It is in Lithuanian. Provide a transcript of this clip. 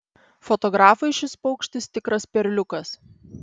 fotografui šis paukštis tikras perliukas